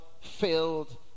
filled